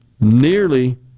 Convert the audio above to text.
Nearly